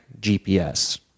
GPS